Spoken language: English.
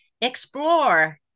explore